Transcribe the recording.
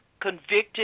convicted